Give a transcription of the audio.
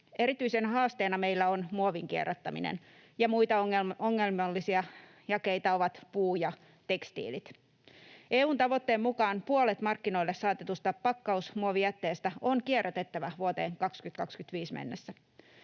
Erityisenä haasteena meillä on muovin kierrättäminen, ja muita ongelmallisia jakeita ovat puu ja tekstiilit. EU:n tavoitteen mukaan puolet markkinoille saatetusta pakkausmuovijätteestä on kierrätettävä vuoteen 2025 mennessä.